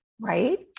Right